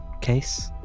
case